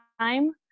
time